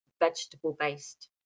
vegetable-based